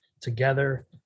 together